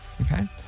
Okay